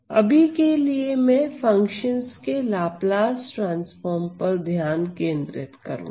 अभी के लिए मैं फंक्शंस के लाप्लास ट्रांसफार्म पर ध्यान केंद्रित करूंगा